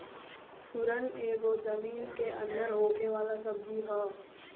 सुरन एगो जमीन के अंदर होखे वाला सब्जी हअ